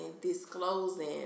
disclosing